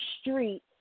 street